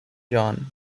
john